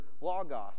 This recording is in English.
logos